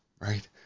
right